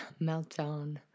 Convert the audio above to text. meltdown